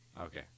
Okay